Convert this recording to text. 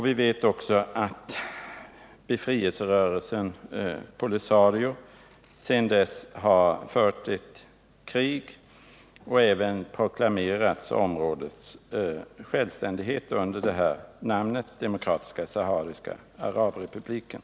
Vi vet också att befrielserörelsen POLISARIO sedan dess har fört ett krig och även proklamerat områdets självständighet under namnet Demokratiska sahariska arabrepubliken.